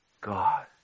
God